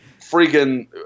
freaking